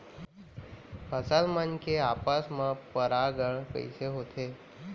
फसल मन के आपस मा परागण कइसे होथे?